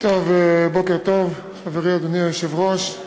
בוקר טוב, חברי, אדוני היושב-ראש,